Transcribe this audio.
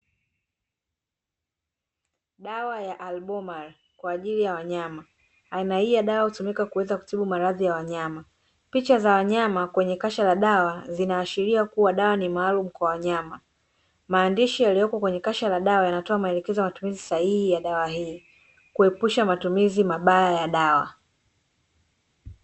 Dawa ya Albomar kwa ajili ya wanyama. Aina hii ya dawa hutumika kuweza kutibu maradhi ya wanyama. Picha za wanyama kwenye kasha la dawa zinaashiria kuwa dawa ni maalumu kwa wanyama. Maandishi yaliyoko kwenye kasha la dawa yanatoa maelekezo ya matumizi sahihi ya dawa hii, kuepusha matumizi mabaya ya dawa.